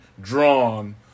drawn